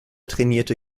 trainierte